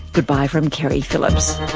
goodbye from keri phillips